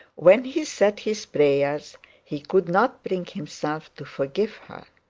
when he said his prayers, he could not bring himself to forgive her.